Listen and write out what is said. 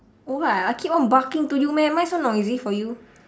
what I keep on barking to you meh am I so noisy for you